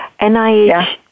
NIH